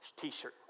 t-shirt